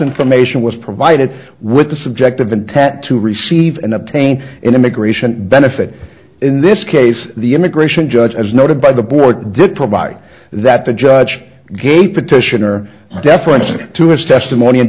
information was provided with the subjective intent to receive and obtain an immigration benefit in this case the immigration judge as noted by the board did provide that the judge gave petitioner deference to his testimony and